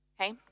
okay